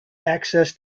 access